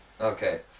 okay